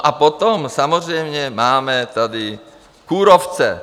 A potom samozřejmě máme tady kůrovce.